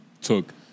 took